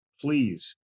please